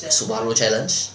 subaru challenge